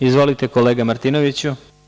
Izvolite, kolega Martinoviću.